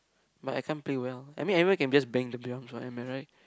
but I can't play well I mean everyone can just bang the drums what am I right